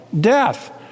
Death